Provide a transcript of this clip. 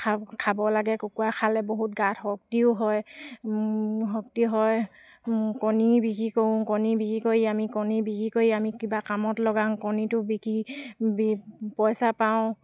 খাব লাগে কুকুৰা খালে বহুত গাত শক্তিও হয় শক্তি হয় কণী বিক্ৰী কৰোঁ কণী বিক্ৰী কৰি আমি কণী বিক্ৰী কৰি আমি কিবা কামত লগাওঁ কণীতো বিকি বি পইছা পাওঁ